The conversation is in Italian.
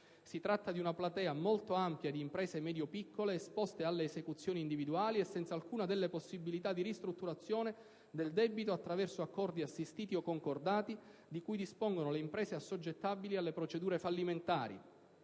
Si tratta di una platea molto ampia di imprese medio-piccole esposte alle esecuzioni individuali e senza alcuna possibilità di ristrutturazione del debito attraverso accordi assistiti o concordati di cui dispongono le imprese assoggettabili alle procedure fallimentari.